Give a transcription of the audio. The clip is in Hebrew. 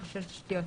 תשתיות.